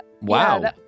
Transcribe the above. Wow